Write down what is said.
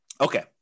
Okay